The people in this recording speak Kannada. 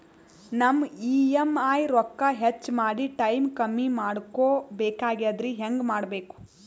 ನಮ್ಮ ಇ.ಎಂ.ಐ ರೊಕ್ಕ ಹೆಚ್ಚ ಮಾಡಿ ಟೈಮ್ ಕಮ್ಮಿ ಮಾಡಿಕೊ ಬೆಕಾಗ್ಯದ್ರಿ ಹೆಂಗ ಮಾಡಬೇಕು?